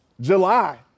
July